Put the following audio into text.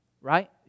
right